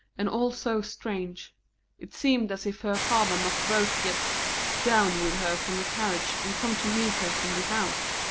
and all so strange it seemed as if her father must both get down with her from the carriage and come to meet her from the house.